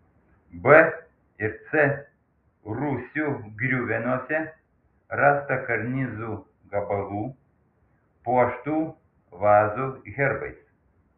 b ir c rūsių griuvenose rasta karnizų gabalų puoštų vazų herbais